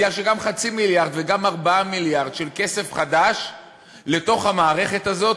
כי גם חצי מיליארד וגם 4 מיליארד של כסף חדש לתוך המערכת הזאת,